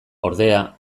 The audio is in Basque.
ordea